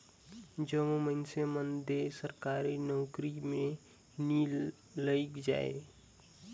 जम्मो मइनसे मन दो सरकारी नउकरी में नी लइग जाएं